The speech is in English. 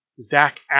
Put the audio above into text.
Zach